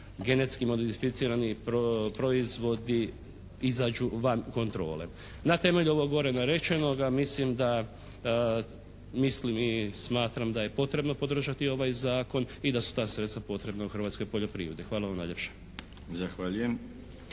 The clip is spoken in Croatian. genetski modificirani proizvodi izađu van kontrole. Na temelju ovoga gore rečenoga mislim i smatram da je potrebno podržati ovaj zakon i da su ta sredstva potrebna u hrvatskoj poljoprivredi. Hvala vam najljepša.